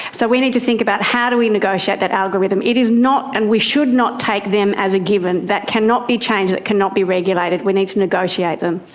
so we need to think about how do we negotiate that algorithm it is not and we should not take them as a given that cannot be changed, that cannot be regulated, we need to negotiate them.